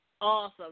Awesome